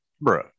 bro